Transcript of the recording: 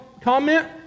comment